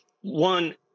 one